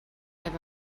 have